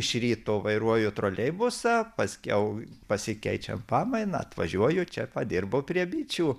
iš ryto vairuoju troleibusą paskiau pasikeičia pamaina atvažiuoju čia padirbu prie bičių